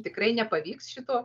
tikrai nepavyks šito